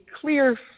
clear